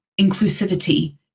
inclusivity